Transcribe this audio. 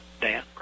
Dan